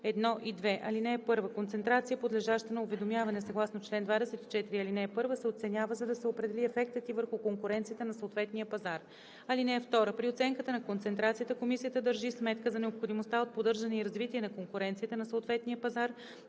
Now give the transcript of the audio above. нови ал. 1 и 2: „(1) Концентрация, подлежаща на уведомяване съгласно чл. 24, ал. 1, се оценява, за да се определи ефектът ѝ върху конкуренцията на съответния пазар. (2) При оценката на концентрацията комисията държи сметка за необходимостта от поддържане и развитие на конкуренцията на съответния пазар,